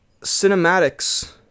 cinematics